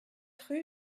rue